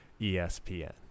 ESPN